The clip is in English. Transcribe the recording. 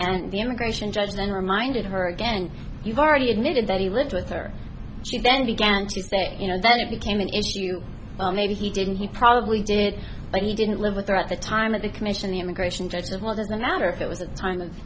and the immigration judge then reminded her again you've already admitted that he lived with her she then began to say you know then it became an issue maybe he didn't he probably did but he didn't live with her at the time of the commission the immigration that's what is the matter if it was a time and